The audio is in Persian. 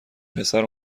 پسر